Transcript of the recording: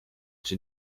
czy